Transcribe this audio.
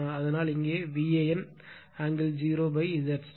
அதனால் இங்கே VAN angle Z star